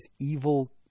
evil